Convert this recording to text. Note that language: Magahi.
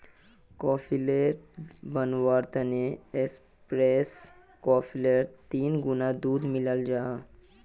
काफेलेट बनवार तने ऐस्प्रो कोफ्फीत तीन गुणा दूध मिलाल जाहा